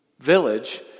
village